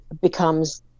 becomes